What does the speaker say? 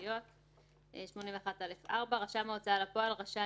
הפרשי הצמדה וריביות 81א4 רשם ההוצאה לפועל רשאי,